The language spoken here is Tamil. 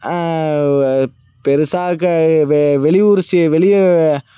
பெரிசா வெளியூர் வெளி